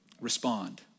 respond